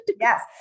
yes